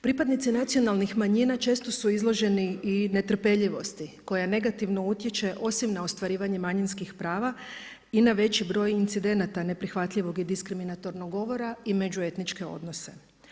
Pripadnici nacionalnih manjina često su izloženi i netrpeljivosti koja negativno utječe osim na ostvarivanje manjinskih prava i na veći broj incidenata neprihvatljivog i diskriminatornog govora i međuetničke odnose.